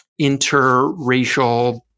interracial